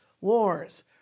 wars